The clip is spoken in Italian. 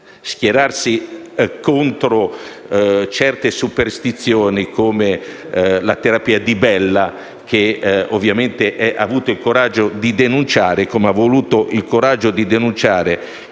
schierarsi contro certe superstizioni, come la terapia Di Bella, che ha avuto il coraggio di denunciare, così come ha avuto il coraggio di denunciare